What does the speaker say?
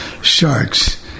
sharks